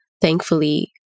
thankfully